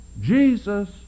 Jesus